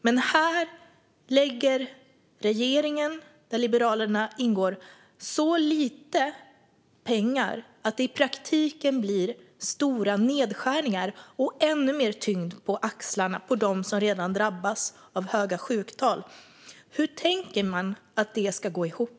Men här lägger regeringen, där Liberalerna ingår, så lite pengar att det i praktiken blir stora nedskärningar och ännu mer tyngd på axlarna på dem som redan drabbas av höga sjuktal. Hur tänker man att det ska gå ihop?